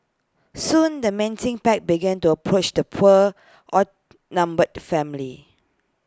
soon the menacing pack began to approach the poor outnumbered family